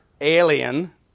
alien